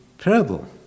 parable